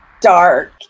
dark